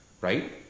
right